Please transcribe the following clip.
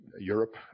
europe